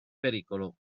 pericolo